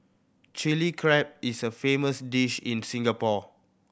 Chilli Crab is a famous dish in Singapore